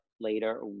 later